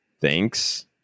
thanks